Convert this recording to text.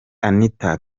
anita